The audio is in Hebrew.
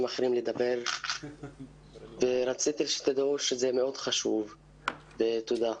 אחרים לדבר ורציתי שתדעו שזה מאוד חשוב ותודה לכם.